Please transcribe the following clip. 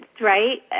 right